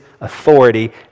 authority